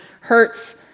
hurts